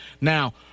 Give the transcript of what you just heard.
Now